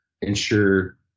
ensure